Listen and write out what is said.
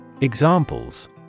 Examples